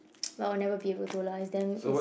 but I will never be able to lah it's damn is